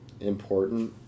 important